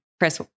Chris